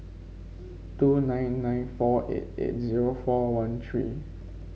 two nine nine four eight eight zero four one three